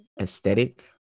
aesthetic